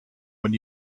when